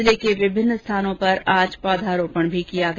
जिले के विभिन्न स्थानों पर आज पौधारोपण भी किया गया